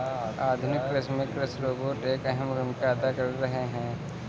आधुनिक कृषि में कृषि रोबोट एक अहम भूमिका अदा कर रहे हैं